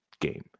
game